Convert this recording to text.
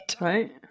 right